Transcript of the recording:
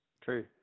True